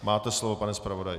Máte slovo, pane zpravodaji.